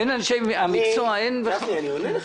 בין אנשי המקצוע, אין --- גפני, אני עונה לך.